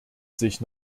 sich